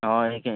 অঁ